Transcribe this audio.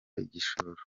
igishoro